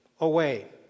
away